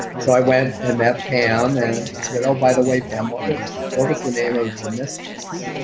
so i went and met pam and i said, oh by the way, pam, what was what was the name of the mistress?